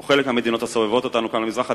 או חלק מהמדינות הסובבות אותנו כאן במזרח התיכון,